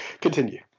continue